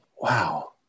wow